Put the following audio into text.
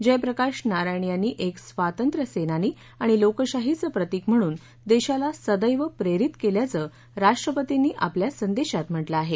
जयप्रकाश नारायण यांनी एक स्वातंत्र्यसेनानी आणि लोकशाहीचं प्रतिक म्हणून देशाला सदैव प्रेरित केल्याचं राष्ट्रपतींनी आपल्या संदेशात म्हटलं आहे